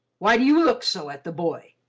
why do you look so at the boy!